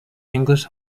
english